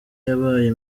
yabaye